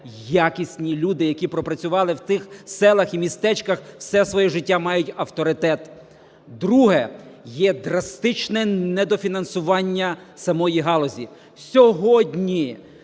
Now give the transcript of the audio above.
якісні люди, які пропрацювали в тих селах і містечках все своє життя, мають авторитет. Друге. Єдрастичне недофінансування самої галузі.